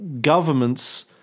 governments